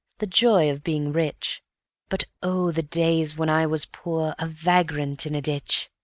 the joy of being rich but oh, the days when i was poor, a vagrant in a ditch!